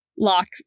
Lock